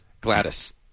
Gladys